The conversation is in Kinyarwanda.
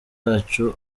yacu